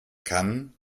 kann